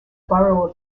borough